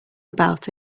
about